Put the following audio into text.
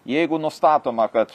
jeigu nustatoma kad